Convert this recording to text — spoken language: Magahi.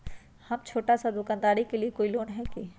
हम छोटा सा दुकानदारी के लिए कोई लोन है कि?